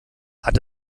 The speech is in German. hat